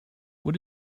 what